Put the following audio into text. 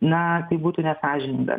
na tai būtų nesąžininga